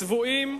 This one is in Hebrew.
צבועים,